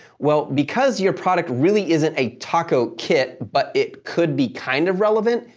well, because your product really isn't a taco kit, but it could be kind of relevant,